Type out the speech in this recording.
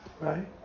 right